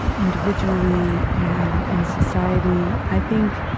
individually and in society, i think,